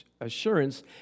assurance